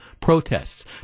protests